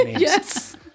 Yes